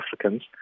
Africans